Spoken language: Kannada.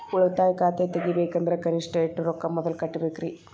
ಉಳಿತಾಯ ಖಾತೆ ತೆಗಿಬೇಕಂದ್ರ ಕನಿಷ್ಟ ಎಷ್ಟು ರೊಕ್ಕ ಮೊದಲ ಕಟ್ಟಬೇಕ್ರಿ?